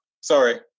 Sorry